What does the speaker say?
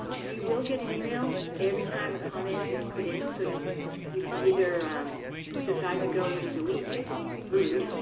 you will get an email every time a comment is put in. so you can you can either decide to go and delete it, if it's rude,